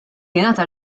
jingħata